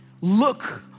Look